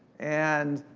and,